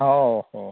ᱦᱳᱭ ᱦᱳᱭ